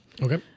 Okay